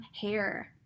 hair